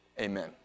Amen